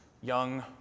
young